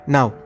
Now